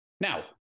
Now